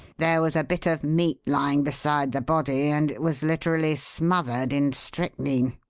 there was a bit of meat lying beside the body and it was literally smothered in strychnine.